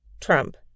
Trump